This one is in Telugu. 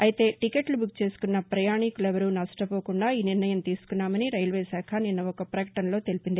అయితే టీకెట్ల బుక్ చేసుకున్న ప్రయాణికులెవరూ నష్టపోకుండా ఈ నిర్ణయం తీసుకున్నామని రైల్వేశాఖ నిన్న ఒక ప్రకటనలో తెలిపింది